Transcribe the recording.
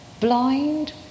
blind